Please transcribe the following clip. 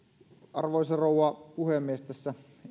arvoisa rouva puhemies tässä